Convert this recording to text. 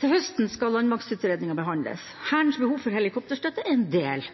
Til høsten skal landmaktutredningen behandles. Hærens behov for helikopterstøtte er en del